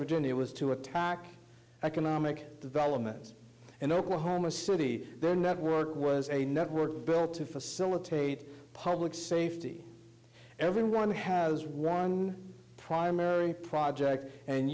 virginia it was to attack economic development in oklahoma city the network was a network built to facilitate public safety everyone has primary projects and